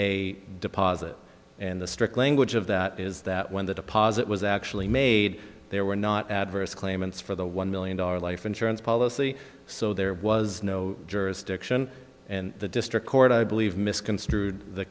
a deposit and the strict language of that is that when the deposit was actually made there were not adverse claimants for the one million dollars life insurance policy so there was no jurisdiction in the district court i believe misconstrued the